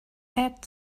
add